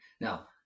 Now